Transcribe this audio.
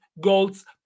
goals